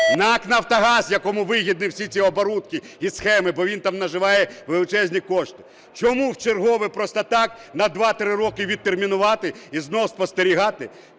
НАК "Нафтогаз", якому вигідні всі ці оборудки і схеми, бо він там наживає величезні кошти? Чому вчергове просто так на 2-3 роки відтермінувати і знову спостерігати?